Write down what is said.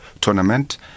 tournament